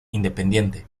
independiente